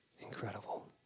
Incredible